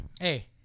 Hey